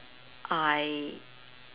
I